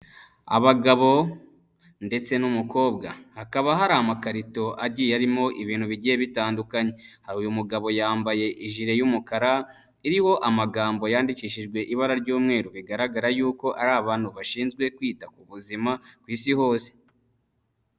Abagabo ndetse n'umukobwa, hakaba hari amakarito agiye arimo ibintu bigiye bitandukanye. Hari uyu mugabo yambaye ijire y'umukara, iriho amagambo yandikishijwe ibara ry'umweru, bigaragara y'uko ari abantu bashinzwe kwita ku buzima ku Isi hose.